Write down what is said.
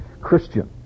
Christian